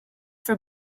for